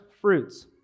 fruits